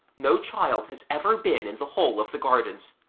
no child has ever been in the whole of the gardens,